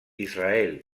israel